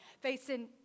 facing